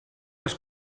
les